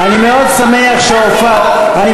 בכל התחומים יש חוקים גזעניים,